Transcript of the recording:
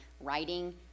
writing